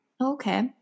Okay